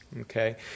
okay